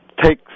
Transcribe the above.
take